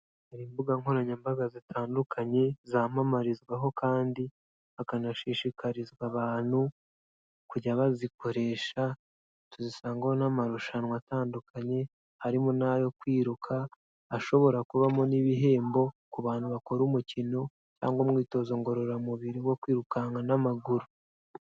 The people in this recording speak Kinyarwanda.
Hari imbuga nkoranyambaga zitandukanye zamamarizwaho kandi hakanashishikarizwa abantu kujya bazikoresha, tuzisangaho n'amarushanwa atandukanye, harimo n'ayo kwiruka ashobora kubamo n'ibihembo ku bantu bakora umukino cyangwa umwitozo ngororamubiri wo kwirukanka n'amaguru.